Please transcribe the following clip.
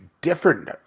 different